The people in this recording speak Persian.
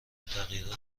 تغییرات